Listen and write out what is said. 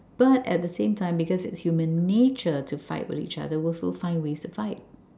but at the same time because it's human nature to fight with each other we'll still find ways to fight